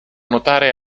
notare